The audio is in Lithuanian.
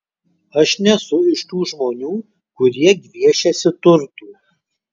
aš nesu iš tų žmonių kurie gviešiasi turtų